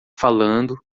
falando